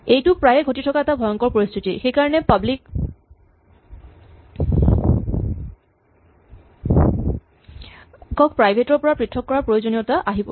এইটো প্ৰায়ে ঘটি থকা এটা ভয়ংকৰ পৰিস্হিতি সেইকাৰণে পাব্লিক ক প্ৰাইভেট ৰ পৰা পৃথক কৰাৰ প্ৰয়োজনীয়তা আহি পৰে